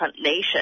nation